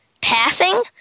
passing